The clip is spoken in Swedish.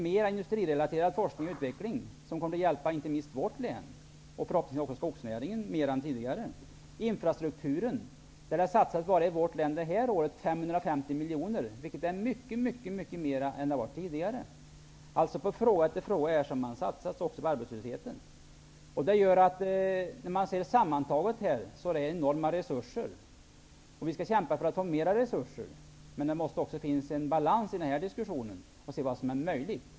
Mera industrirelaterad forskning och utveckling skulle kunna hjälpa inte minst vårt län och förhoppningsvis även skogsnäringen. I vårt län har det i år satsats 550 miljoner på infrastruktur. Det är mycket mera än vad som har gjorts tidigare. Det har också satsats på arbetslösheten. Sammantaget har det satsats enorma resurser. Vi skall kämpa för att få mera resurser. Det måste emellertid också finnas en balans i den här diskussion, och man måste se till vad som är möjligt.